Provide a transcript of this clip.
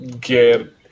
get